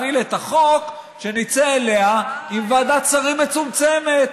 להפעיל את החוק שנצא אליה עם ועדת שרים מצומצמת.